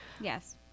Yes